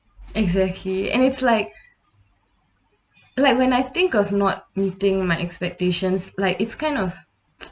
exactly and it's like like when I think of not meeting my expectations like it's kind of